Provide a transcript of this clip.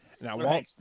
Now